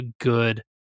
good